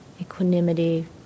Equanimity